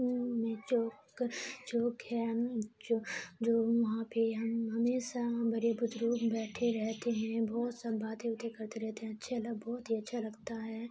میں چوک چوک ہے جو جو وہاں پہ ہم ہمیشہ بڑے بزرگ بیٹھے رہتے ہیں بہت سب باتیں اوتے کرتے رہتے ہیں اچھے بہت ہی اچھا لگتا ہے